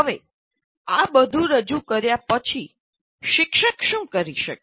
હવે આ બધું રજૂ કર્યા પછી શિક્ષક શું કરી શકે